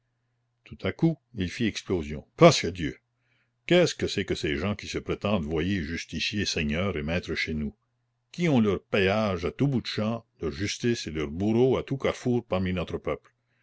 tout à coup il fit explosion pasque dieu qu'est-ce que c'est que ces gens qui se prétendent voyers justiciers seigneurs et maîtres chez nous qui ont leur péage à tout bout de champ leur justice et leur bourreau à tout carrefour parmi notre peuple